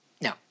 No